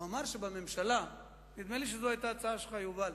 הוא אמר, נדמה לי שזו היתה הצעה שלך, יובל,